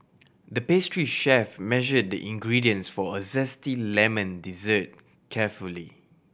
the pastry chef measured the ingredients for a zesty lemon dessert carefully